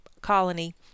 colony